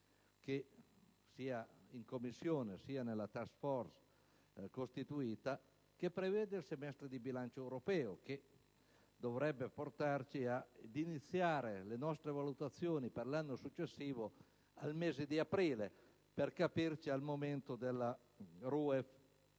che sia in Commissione che nella*task force* costituita prevedono il semestre di bilancio europeo che dovrebbe portarci ad evidenziare le nostre valutazioni per l'anno successivo nel mese di aprile, al momento della